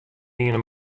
wiene